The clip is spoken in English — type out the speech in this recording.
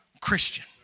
Christian